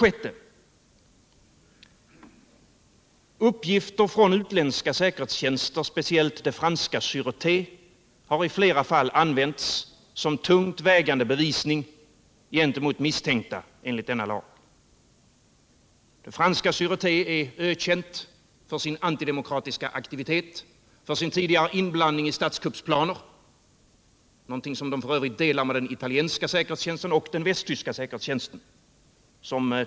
6. Uppgifter från utländska säkerhetstjänster, speciellt den franska Såreté, har i flera fall använts såsom tungt vägande bevisning gentemot misstänkta enligt denna lag. Franska Säreté är ökänd för sin antidemokratiska aktivitet och för sin tidigare inblandning i statskuppsplaner — någonting som den f. ö. delar med den italienska och västtyska säkerhetstjänsten.